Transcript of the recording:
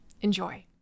Enjoy